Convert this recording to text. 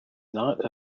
not